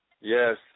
Yes